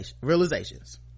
realizations